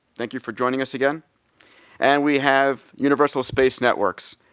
thank you for joining. us again and we have universal space networks,